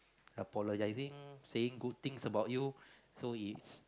apologizing saying good things about you so it's